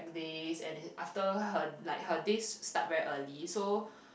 days and after her like days start very early so